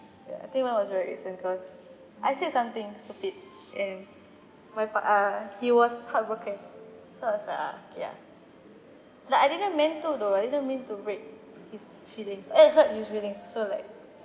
ya I think mine was very recent cause I said something stupid and my pa~ uh he was heartbroken so I was like uh okay ah like I didn't meant to though I didn't mean to break his feelings eh hurt his feelings so like